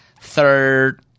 third